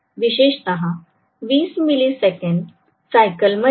विशेषतः 20 millisecond cycle मध्ये